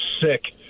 sick